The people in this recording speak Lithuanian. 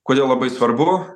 kodėl labai svarbu